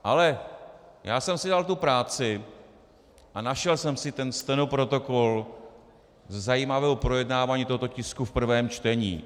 Ale já jsem si dal tu práci a našel jsem si stenoprotokol ze zajímavého projednávání tohoto tisku v prvém čtení.